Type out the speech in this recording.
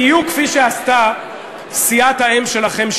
בדיוק כפי שעשתה סיעת האם שלכם,